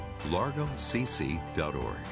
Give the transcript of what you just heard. largocc.org